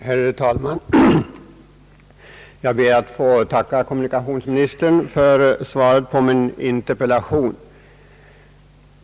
Herr talman! Jag ber att få tacka kommunikationsministern för svaret på min interpellation.